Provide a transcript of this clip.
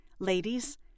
Ladies